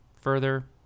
further